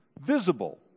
visible